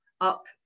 up